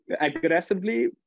aggressively